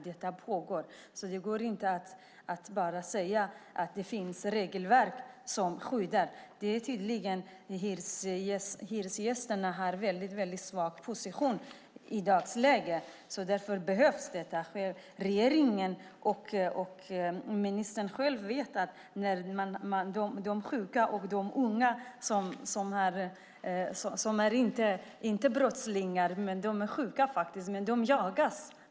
Det går inte att bara säga att det finns regelverk som skyddar. Det är tydligt att hyresgästerna har en mycket svag position i dagsläget. Därför behövs detta. Regeringen och ministern själv vet att sjuka och unga som är inte brottslingar jagas.